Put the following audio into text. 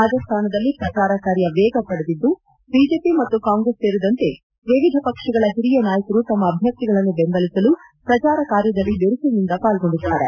ರಾಜಾಸ್ತಾನದಲ್ಲಿ ಪ್ರಚಾರ ಕಾರ್ಯ ವೇಗ ಪಡೆದಿದ್ದು ಬಿಜೆಪಿ ಮತ್ತು ಕಾಂಗ್ರೆಸ್ ಸೇರಿದಂತೆ ವಿವಿಧ ಪಕ್ಷಗಳ ಹಿರಿಯ ನಾಯಕರು ತಮ್ಮ ಅಭ್ಯರ್ಥಿಗಳನ್ನು ಬೆಂಬಲಿಸಲು ಪ್ರಚಾರಕಾರ್ಯದಲ್ಲಿ ಬಿರುಸಿನಿಂದ ಪಾಲ್ಗೊಂಡಿದ್ದಾರೆ